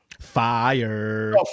Fire